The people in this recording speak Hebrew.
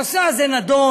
הנושא הזה נדון.